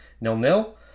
nil-nil